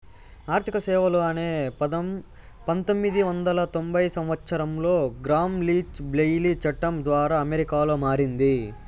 ఆర్థిక సేవలు అనే పదం పంతొమ్మిది వందల తొంభై సంవచ్చరంలో గ్రామ్ లీచ్ బ్లెయిలీ చట్టం ద్వారా అమెరికాలో మారింది